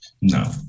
No